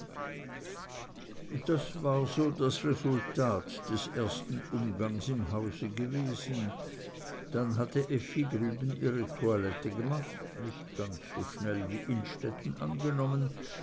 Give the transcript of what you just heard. das war so das resultat des ersten umgangs im hause gewesen dann hatte effi drüben ihre toilette gemacht nicht ganz so schnell wie innstetten angenommen